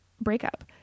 breakup